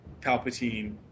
Palpatine